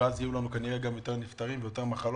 וכך יהיו יותר נפטרים ויותר מחלות,